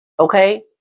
Okay